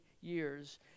years